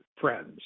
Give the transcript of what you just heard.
friends